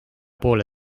poole